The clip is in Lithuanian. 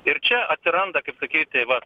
ir čia atsiranda kaip sakyti va